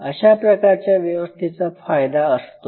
अशा प्रकारच्या व्यवस्थेचा फायदा असतो